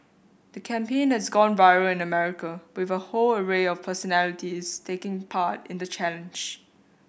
the campaign has gone viral in America with a whole array of personalities taking part in the challenge